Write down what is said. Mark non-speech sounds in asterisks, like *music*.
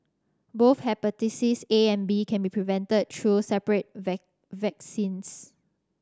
both hepatitis A and B can be prevented through separate *unintelligible* vaccines